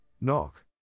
knock